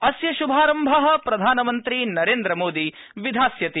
अस्य श्भारम्भ प्रधानमन्त्री नरद्वि मोदी विधास्यति